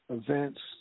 events